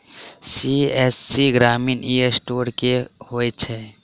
CSC ग्रामीण e store की होइ छै?